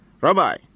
Rabbi